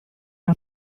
era